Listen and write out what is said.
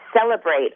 celebrate